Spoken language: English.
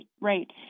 right